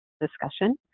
discussion